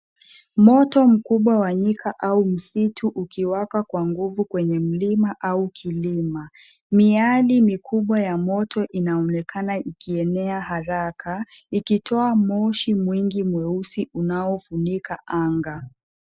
Moto mkubwa wa nyika au msitu ukiwaka kwa nguvu kwenye mlima au kilima. Miali mikubwa ya moto inaonekana ikienea haraka, ikitoa moshi mwingi mweusi unaofunika anga.